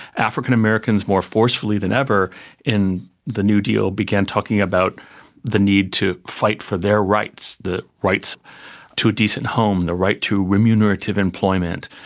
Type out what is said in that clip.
african-americans, more forcefully than ever in the new deal began talking about the need to fight for their rights, the rights to a decent home, the right to remunerative employment,